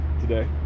today